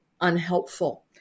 unhelpful